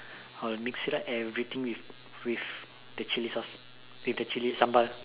I'll mix it up everything with the chili sauce with the chili sambal